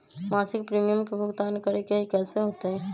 मासिक प्रीमियम के भुगतान करे के हई कैसे होतई?